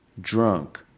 drunk